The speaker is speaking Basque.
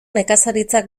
nekazaritza